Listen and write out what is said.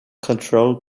controlled